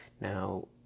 Now